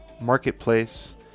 marketplace